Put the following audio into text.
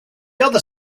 other